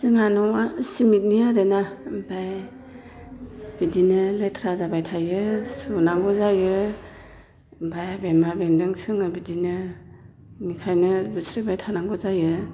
जोंहा न'आ सिमेन्टनि आरोना ओमफ्राय बिदिनो लेथ्रा जाबाय थायो सुनांगौ जायो ओमफ्राय बेमा बेन्दों सोङो बिदिनो बेनिखायनो बुस्रिबाय थानांगौ जायो